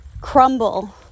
crumble